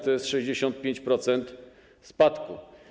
To jest 65-procentowy spadek.